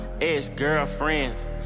Ex-girlfriends